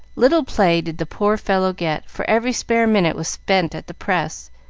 little play did the poor fellow get, for every spare minute was spent at the press,